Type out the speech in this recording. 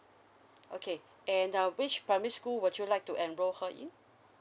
okay and uh which primary school would you like to enroll her in